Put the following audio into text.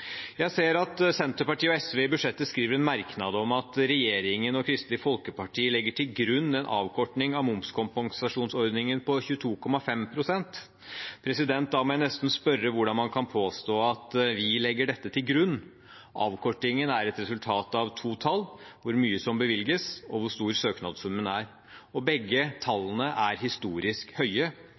Jeg ser at Senterpartiet og SV i budsjettet skriver en merknad om at regjeringen og Kristelig Folkeparti legger til grunn en avkorting av momskompensasjonsordningen på 22,5 pst. Da må jeg nesten spørre hvordan man kan påstå at vi legger dette til grunn. Avkortingen er et resultat av to tall: hvor mye som bevilges, og hvor stor søknadssummen er. Begge tallene er historisk høye,